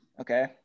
Okay